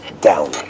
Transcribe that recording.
down